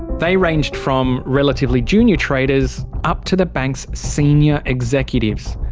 they ranged from relatively junior traders up to the bank's senior executives,